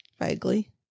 Vaguely